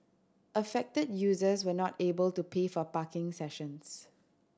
affected users were not able to pay for parking sessions